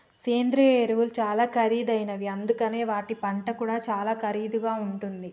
సేంద్రియ ఎరువులు చాలా ఖరీదైనవి అందుకనే వాటి పంట కూడా చాలా ఖరీదుగా ఉంటుంది